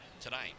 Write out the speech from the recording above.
tonight